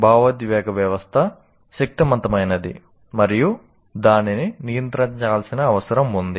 భావోద్వేగ వ్యవస్థ శక్తివంతమైనది మరియు దానిని నియంత్రించాల్సిన అవసరం ఉంది